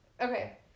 Okay